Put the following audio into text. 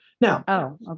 Now